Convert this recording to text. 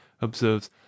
observes